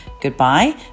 goodbye